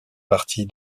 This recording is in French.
partie